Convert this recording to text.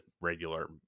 regular